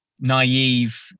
naive